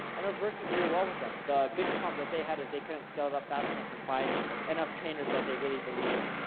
and it was working really well with them. the biggest problem that they had is they couldn't scale it up fast enough, and find enough trainers that they really believed in.